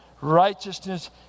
righteousness